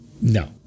no